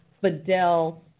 Fidel